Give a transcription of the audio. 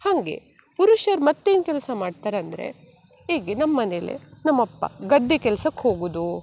ಹಾಗೆ ಪುರುಷರು ಮತ್ತೇನು ಕೆಲಸ ಮಾಡ್ತಾರಂದರೆ ಈಗ ನಮ್ಮ ಮನೆಲಿ ನಮ್ಮ ಅಪ್ಪ ಗದ್ದೆ ಕೆಲ್ಸಕ್ಕೆ ಹೋಗುವುದು